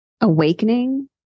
awakening